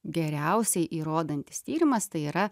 geriausiai įrodantis tyrimas tai yra